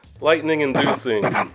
lightning-inducing